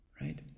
right